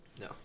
No